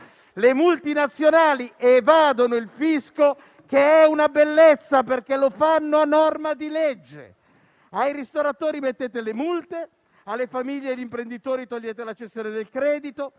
Le multinazionali evadono il fisco che è una bellezza, perché lo fanno a norma di legge. Ai ristoratori fate le multe, alle famiglie e agli imprenditori togliete la cessione del credito